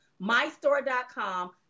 mystore.com